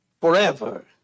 forever